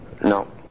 No